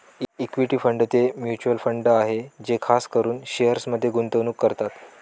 equity fund ते mutual fund आहे जे खास करून शेअर्समध्ये गुंतवणूक करतात